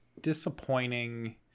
disappointing